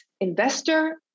investor